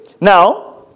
Now